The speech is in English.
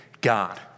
God